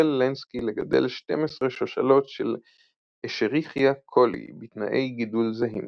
החל לנסקי לגדל שתים-עשרה שושלות של Escherichia coli בתנאי גידול זהים.